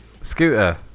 scooter